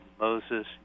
Moses